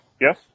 Yes